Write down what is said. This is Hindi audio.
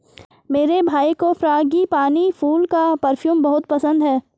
मेरे भाई को फ्रांगीपानी फूल का परफ्यूम बहुत पसंद है